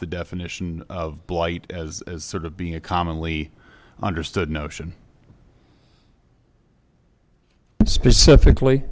the definition of blight as sort of being a commonly understood notion specifically